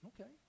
Okay